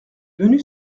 venue